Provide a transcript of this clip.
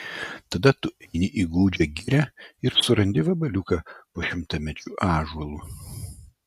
tada tu eini į gūdžią girią ir surandi vabaliuką po šimtamečiu ąžuolu